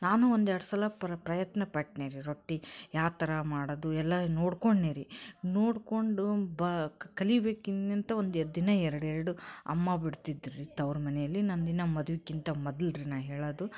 ನಾನೂ ಒಂದೆರಡು ಸಲ ಪ್ರಯತ್ನಪಟ್ನಿ ರೀ ರೊಟ್ಟಿ ಯಾವ ಥರ ಮಾಡೋದು ಎಲ್ಲ ನೋಡಿಕೊಂಡ್ನಿ ರೀ ನೋಡಿಕೊಂಡು ಬ ಕಲಿಬೇಕು ಇನ್ನು ಅಂತ ಒಂದು ದಿನಾ ಎರಡೆರಡು ಅಮ್ಮ ಬಿಡ್ತಿದ್ರ್ ರೀ ತವರು ಮನೇಲಿ ನಂದಿನ್ನೂ ಮದ್ವೆಕ್ಕಿಂತ ಮೊದ್ಲು ರೀ ನಾ ಹೇಳೋದು